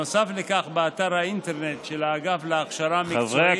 נוסף לכך, באתר האינטרנט של האגף להכשרה מקצועית,